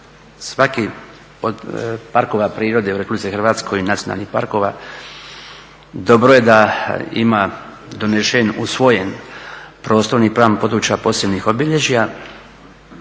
svaki od parkova prirode u RH, nacionalnih parkova dobro je da ima donesen, usvojen prostorni plan područja posebnih obilježja.